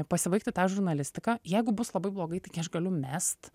pasibaigti tą žurnalistiką jeigu bus labai blogai taigi aš galiu mest